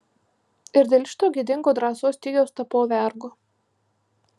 ir dėl šito gėdingo drąsos stygiaus tapau vergu